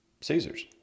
Caesar's